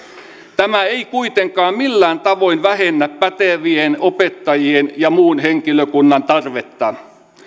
tämä ei kuitenkaan millään tavoin vähennä pätevien opettajien ja muun henkilökunnan tarvetta